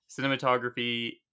cinematography